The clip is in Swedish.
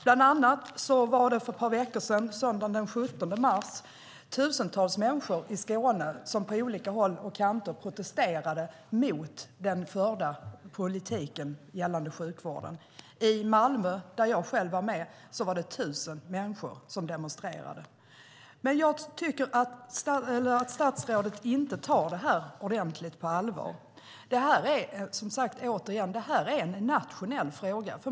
För någon vecka sedan, söndagen den 17 mars, var tusentals människor i Skåne ute och protesterade på olika håll och kanter mot den förda politiken gällande sjukvården. I Malmö, där jag själv var med, var det 1 000 människor som demonstrerade. Jag tycker inte att statsrådet tar det här ordenligt på allvar. Det här är en nationell fråga.